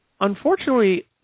unfortunately